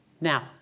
Now